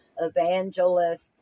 Evangelist